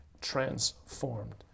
transformed